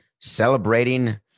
celebrating